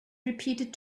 repeated